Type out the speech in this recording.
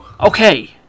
Okay